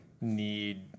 Need